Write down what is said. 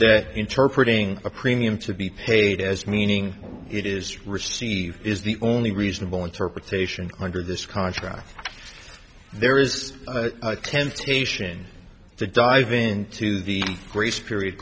that interpret ing a premium to be paid as meaning it is received is the only reasonable interpretation under this contract there is a temptation to dive into the grace period